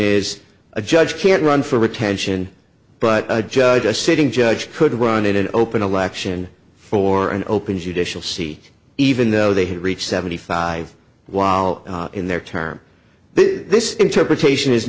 is a judge can't run for retention but a judge a sitting judge could run it in open election for an open judicial seat even though they had reached seventy five while in their term this interpretation is